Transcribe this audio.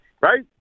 right